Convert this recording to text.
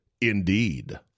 Indeed